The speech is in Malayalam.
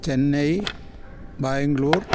ചെന്നൈ ബാംഗ്ലൂർ